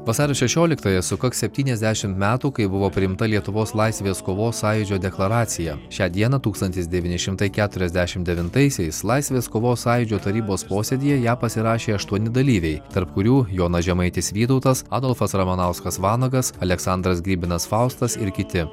vasario šešioliktąją sukaks septyniasdešimt metų kai buvo priimta lietuvos laisvės kovos sąjūdžio deklaracija šią dieną tūkstantis devyni šimtai keturiasdešimt devintaisiais laisvės kovos sąjūdžio tarybos posėdyje ją pasirašė aštuoni dalyviai tarp kurių jonas žemaitis vytautas adolfas ramanauskas vanagas aleksandras grybinas faustas ir kiti